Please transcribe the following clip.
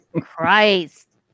Christ